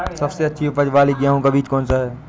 सबसे अच्छी उपज वाला गेहूँ का बीज कौन सा है?